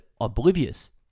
oblivious